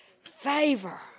favor